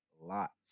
Lots